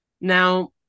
Now